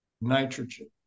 nitrogen